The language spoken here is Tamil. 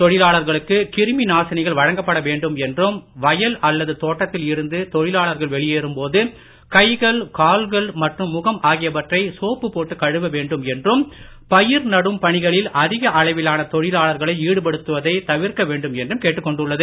தொழிலாளர்களுக்கு கிருமி நாசினிகள் வழங்கப்பட வேண்டும் என்றும் வயல் அல்லது தோட்டத்தில் இருந்து தொழிலாளர்கள் வெளியேறும் போது கைகள் கால்கள் மற்றும் முகம் ஆகியவற்றை சோப்பு போட்டு கழுவ வேண்டும் என்றும் பயிர் நடும் பணிகளில் அதிக அளவிலான தொழிலாளர்களை ஈடுபடுத்துவதை தவிர்க்க வேண்டும் என்றும் கேட்டுக் கொண்டுள்ளது